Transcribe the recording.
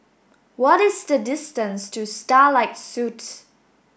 what is the distance to Starlight Suites